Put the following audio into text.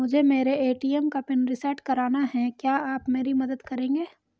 मुझे मेरे ए.टी.एम का पिन रीसेट कराना है क्या आप मेरी मदद करेंगे?